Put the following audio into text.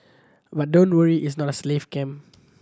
but don't worry its not a slave camp